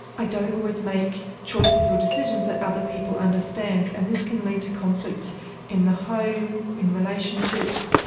i don't always make choices or decisions that other people understand, and this can lead to conflict in the home, in relationships,